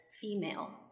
female